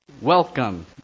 Welcome